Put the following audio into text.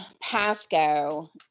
pasco